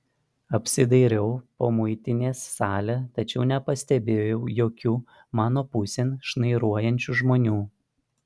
apsidairiau po muitinės salę tačiau nepastebėjau jokių mano pusėn šnairuojančių žmonių